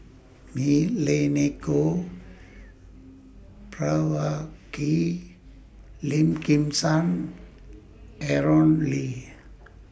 Milenko Prvacki Lim Kim San Aaron Lee